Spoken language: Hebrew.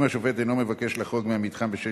אם השופט אינו מבקש לחרוג מהמתחם בשל